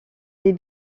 des